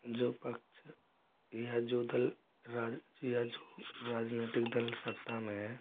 जो पक्ष या जो दल राज्य या जो राजनीतिक दल सत्ता में हैं